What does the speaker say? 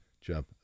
Jump